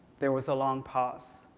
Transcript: there was a long pause.